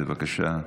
בבקשה,